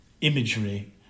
imagery